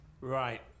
Right